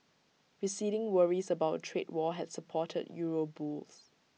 receding worries about A trade war had supported euro bulls